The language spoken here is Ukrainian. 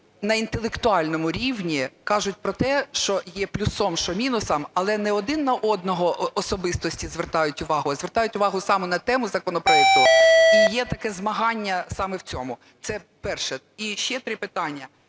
на інтелектуальному рівні кажуть про те, що є плюсом, що мінусом, але не один на одного особистості звертають увагу, а звертають увагу саме на тему законопроекту, і є таке змагання саме в цьому. Це перше. І ще три питання.